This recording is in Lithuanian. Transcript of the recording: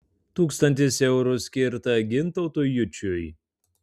tūkstantis eurų skirta gintautui jučiui